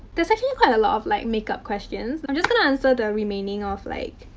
there's actually quite a lot of, like, makeup questions. i'm just gonna answer the remaining of like.